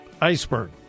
iceberg